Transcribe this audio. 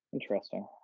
interesting